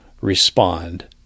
respond